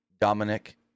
Dominic